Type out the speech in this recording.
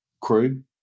crew